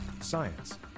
Science